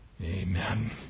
Amen